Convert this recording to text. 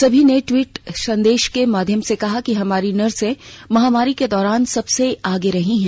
सभी ने ट्विट संदेश के माध्यम से कहा है कि हमारी नर्से महामारी के दौरान सबसे आगे रही हैं